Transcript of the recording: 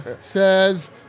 Says